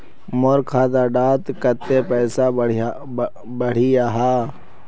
मोर खाता डात कत्ते पैसा बढ़ियाहा?